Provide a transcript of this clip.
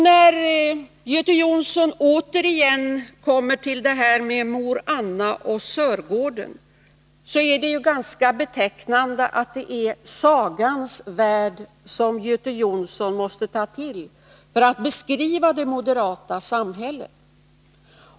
När Göte Jonsson återkommer till detta med mor Anna och Sörgården, är det ganska betecknande att de är sagans värld som Göte Jonsson måste ta till för att beskriva det moderata samhället.